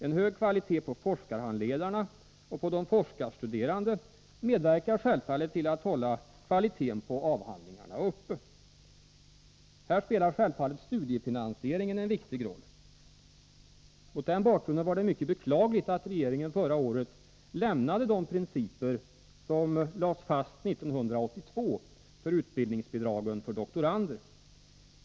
En hög kvalitet på forskarhandledarna och på de forskarstuderande medverkar självfallet till att hålla kvaliteten på avhandlingarna uppe. Här spelar givetvis studiefinansieringen en viktig roll. Mot den bakgrunden var det mycket beklagligt att regeringen förra året lämnade de principer som 1982 lades fast för utbildningsbidragen till doktorander.